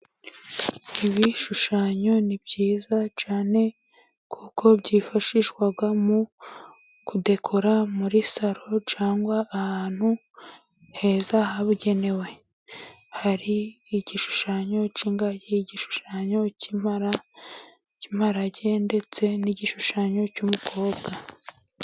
Ibishushanyo ni byiza cyane, kuko byifashishwa mu kudekora muri salon cyane ahantu heza habugenewe, hari igishushanyo cy'ingagi, igishushanyo cy'imparage, ndetse n'igishushanyo cy'umukobwa.